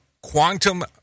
quantum